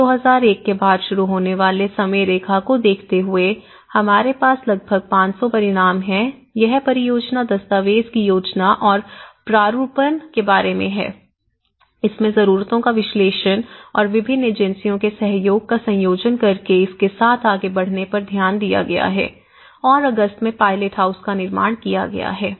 मई 2001 के बाद शुरू होने वाले समय रेखा को देखते हुए हमारे पास लगभग 500 परिणाम है यह परियोजना दस्तावेज की योजना और प्रारूपण के बारे में है इसमें जरूरतों का विश्लेषण और विभिन्न एजेंसियों के सहयोग का संयोजन करके इसके साथ आगे बढ़ने पर ध्यान दिया गया है और अगस्त में पायलट हाउस का निर्माण किया गया है